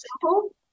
simple